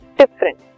different